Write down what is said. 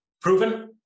proven